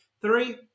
three